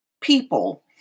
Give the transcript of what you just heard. people